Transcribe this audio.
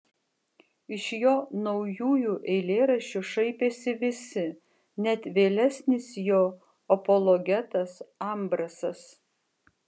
iš jo naujųjų eilėraščių šaipėsi visi net vėlesnis jo apologetas ambrasas